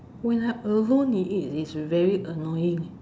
when I'm alone with it it's very annoying